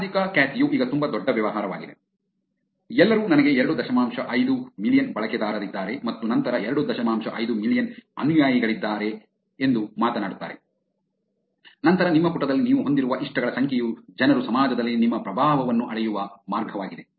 ಸಾಮಾಜಿಕ ಖ್ಯಾತಿಯು ಈಗ ತುಂಬಾ ದೊಡ್ಡ ವ್ಯವಹಾರವಾಗಿದೆ ಎಲ್ಲರೂ ನನಗೆ ಎರಡು ದಶಮಾಂಶ ಐದು ಮಿಲಿಯನ್ ಬಳಕೆದಾರರಿದ್ದಾರೆ ಮತ್ತು ನಂತರ ಎರಡು ದಶಮಾಂಶ ಐದು ಮಿಲಿಯನ್ ಅನುಯಾಯಿಗಳನ್ನು ಹೊಂದಿದ್ದಾರೆ ಎಂದು ಮಾತನಾಡುತ್ತಾರೆ ನಂತರ ನಿಮ್ಮ ಪುಟದಲ್ಲಿ ನೀವು ಹೊಂದಿರುವ ಇಷ್ಟಗಳ ಸಂಖ್ಯೆಯು ಜನರು ಸಮಾಜದಲ್ಲಿ ನಿಮ್ಮ ಪ್ರಭಾವವನ್ನು ಅಳೆಯುವ ಮಾರ್ಗವಾಗಿದೆ